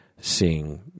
seeing